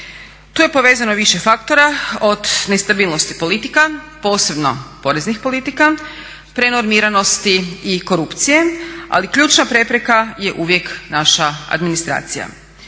Tu je povezano više faktora, od nestabilnosti politika posebno poreznih politika, prenormiranosti i korupcije ali ključna prepreka je uvijek naša administracija.